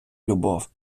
любов